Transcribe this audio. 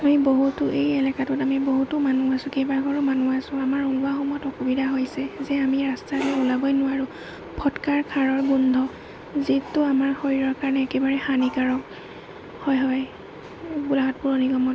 আমি বহুতো এই এলেকাটোত আমি বহুতো মানুহ আছোঁ কেইবাঘৰো মানুহ আছোঁ আমাৰ ওলোৱা সোমোৱাত অসুবিধা হৈছে যে আমি ৰাস্তালৈ ওলাবই নোৱাৰোঁ ফটকাৰ খাৰৰ গোন্ধ যিটো আমাৰ শৰীৰৰ কাৰণে একেবাৰে হানিকাৰক হয় হয় গোলাঘাট পৌৰ নিগমত